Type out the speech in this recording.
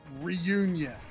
reunion